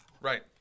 right